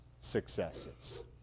successes